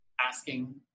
asking